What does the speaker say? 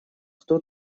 кто